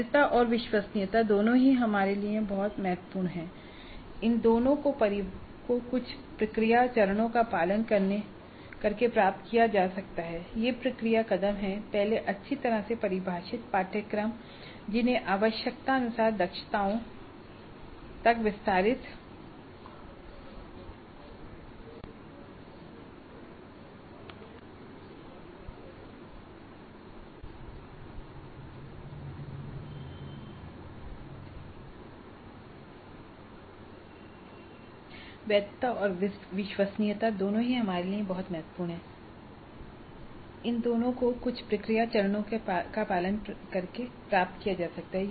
वैधता और विश्वसनीयता दोनों ही हमारे लिए बहुत महत्वपूर्ण हैं और इन दोनों को कुछ प्रक्रिया चरणों का पालन करके प्राप्त किया जा सकता है